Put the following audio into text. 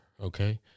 okay